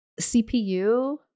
CPU